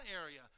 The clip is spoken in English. area